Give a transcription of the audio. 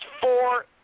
four